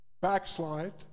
backslide